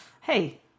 Hey